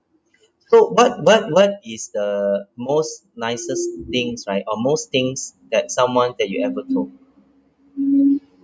so what what what is the most nicest things right or most things that someone that you ever told